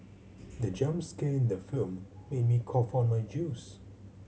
the jump scare in the film made me cough out my juice